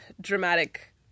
dramatic